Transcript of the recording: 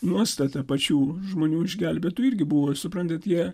nuostata pačių žmonių išgelbėtų irgi buvo suprantat jie